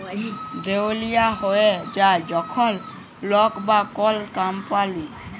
দেউলিয়া হঁয়ে যায় যখল লক বা কল কম্পালি